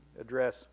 address